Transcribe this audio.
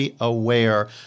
aware